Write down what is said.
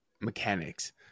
mechanics